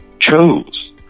chose